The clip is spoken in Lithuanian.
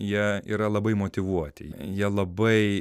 jie yra labai motyvuoti jie labai